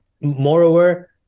Moreover